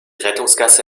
rettungsgasse